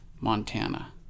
Montana